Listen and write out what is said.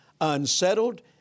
unsettled